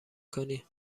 کنی